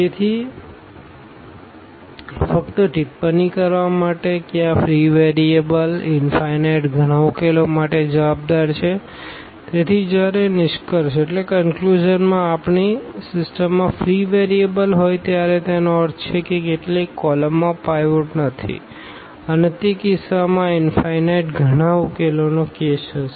તેથી ફક્ત ટિપ્પણી કરવા માટે કે આ ફ્રી વેરિયેબલ્સ ઇનફાઈનાઈટ ઘણા ઉકેલો માટે જવાબદાર છે તેથી જ્યારે નિષ્કર્ષમાં આપણી સિસ્ટમમાં ફ્રી વેરિયેબલ્સ હોય ત્યારે તેનો અર્થ એ કે કેટલીક કોલમમાં પાઈવોટ નથી અને તે કિસ્સામાં આ ઇનફાઈનાઈટ ઘણા ઉકેલોનો કેસ હશે